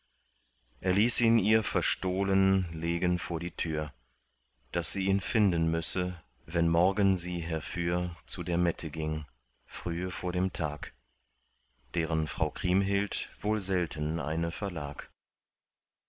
er ließ ihn ihr verstohlen legen vor die tür daß sie ihn finden müsse wenn morgen sie herfür zu der mette ging frühe vor dem tag deren frau kriemhild wohl selten eine verlag